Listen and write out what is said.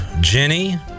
Jenny